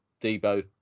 Debo